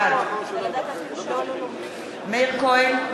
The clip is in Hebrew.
בעד מאיר כהן,